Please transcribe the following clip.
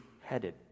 headed